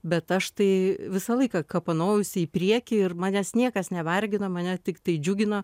bet aš tai visą laiką kapanojausi į priekį ir manęs niekas nevargino mane tiktai džiugino